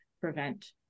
prevent